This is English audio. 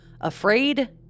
Afraid